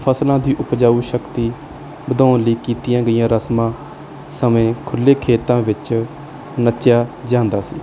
ਫਸਲਾਂ ਦੀ ਉਪਜਾਊ ਸ਼ਕਤੀ ਵਧਾਉਣ ਲਈ ਕੀਤੀਆਂ ਗਈਆਂ ਰਸਮਾਂ ਸਮੇਂ ਖੁੱਲ੍ਹੇ ਖੇਤਾਂ ਵਿੱਚ ਨੱਚਿਆ ਜਾਂਦਾ ਸੀ